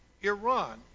Iran